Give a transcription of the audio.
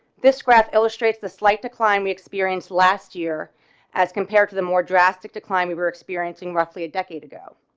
this graph illustrates the slight decline. we experienced last year as compared to the more drastic decline we were experiencing roughly a decade ago,